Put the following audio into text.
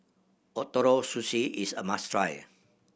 Ootoro Sushi is a must try